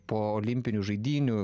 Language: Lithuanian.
po olimpinių žaidynių